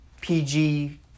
PG